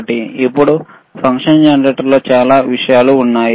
ఇప్పుడు ఫంక్షన్ జెనరేటర్లో చాలా విషయాలు ఉన్నాయి